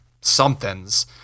somethings